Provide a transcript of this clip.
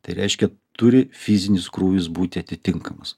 tai reiškia turi fizinis krūvis būti atitinkamas